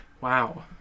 Wow